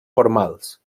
formals